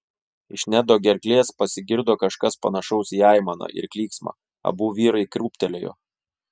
iš nedo gerklės pasigirdo kažkas panašaus į aimaną ir klyksmą abu vyrai krūptelėjo